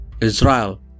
Israel